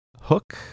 hook